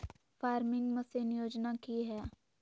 Farming machine योजना कि हैय?